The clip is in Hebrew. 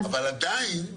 אבל עדיין,